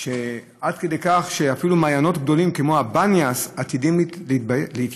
עד כדי כך שאפילו מעיינות גדולים כמו הבניאס עתידים להתייבש.